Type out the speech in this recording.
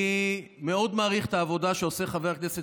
אני מעריך מאוד את העבודה שעושה חבר הכנסת